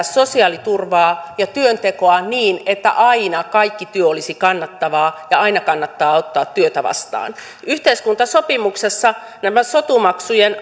sosiaaliturvaa ja työntekoa niin että aina kaikki työ olisi kannattavaa ja aina kannattaisi ottaa työtä vastaan yhteiskuntasopimuksessa nämä sotu maksujen